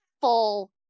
full